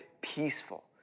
peaceful